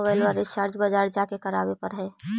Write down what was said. मोबाइलवा रिचार्ज बजार जा के करावे पर है?